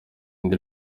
indi